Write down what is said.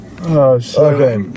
Okay